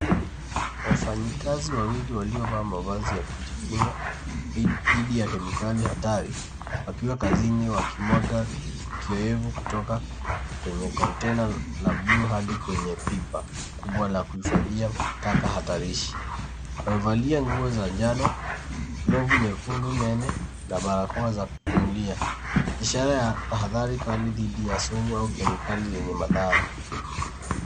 Wafanyikazi wawili walio vaa mavazi ya kujikinga, di, dithi ya kemikali hatari, wakiwa kazini wakimwaga, kioevu kutoka, kwenye kontena la (cs)blue(cs), hadi kwenye pipa, kubwa la kuifadhia, taka hatarishi, wamevalia nguo za njano, glovu nyekundu nene, na barakoa za kupumulia, ishara ya tahathari kali dithi ya sumu au kemikali zenye mathara.